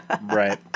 Right